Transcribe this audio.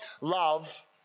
love